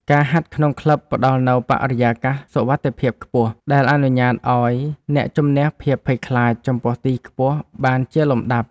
ការហាត់ក្នុងក្លឹបផ្ដល់នូវបរិយាកាសសុវត្ថិភាពខ្ពស់ ដែលអនុញ្ញាតឱ្យអ្នកជម្នះភាពភ័យខ្លាចចំពោះទីខ្ពស់បានជាលំដាប់។